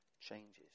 changes